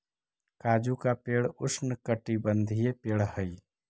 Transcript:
काजू का पेड़ उष्णकटिबंधीय पेड़ हई